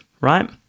right